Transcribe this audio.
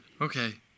Okay